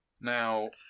Now